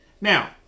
Now